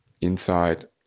inside